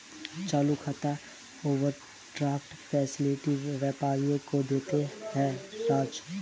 चालू खाता overdraft facility व्यापारियों को देता है राज